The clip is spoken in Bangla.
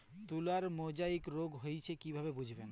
তুলার মোজাইক রোগ হয়েছে কিভাবে বুঝবো?